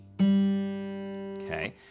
okay